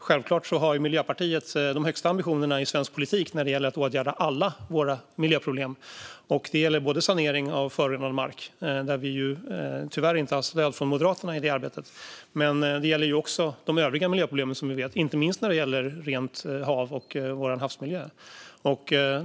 Självklart har Miljöpartiet de högsta ambitionerna i svensk politik när det gäller att åtgärda alla våra miljöproblem, och det gäller sanering av förorenad mark, där vi tyvärr inte har stöd från Moderaterna i det arbetet, och det gäller också de övriga miljöproblemen, inte minst i fråga om rent hav och vår havsmiljö.